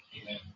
Amen